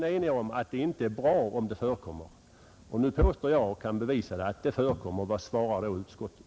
Nu frågar jag utskottets talesman: Om det nu verkligen förekommer ett missbruk — och det gör det; det kan jag bevisa — vad svarar då utskottet?